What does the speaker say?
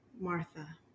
Martha